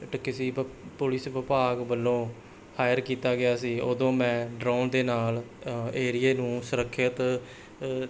ਅਤੇ ਕਿਸੇ ਪੁਲਿਸ ਵਿਭਾਗ ਵੱਲੋਂ ਹਾਇਰ ਕੀਤਾ ਗਿਆ ਸੀ ਉਦੋਂ ਮੈਂ ਡਰੋਨ ਦੇ ਨਾਲ਼ ਏਰੀਏ ਨੂੰ ਸੁਰੱਖਿਅਤ